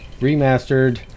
Remastered